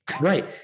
Right